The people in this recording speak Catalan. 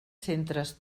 centres